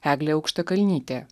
eglė aukštakalnytė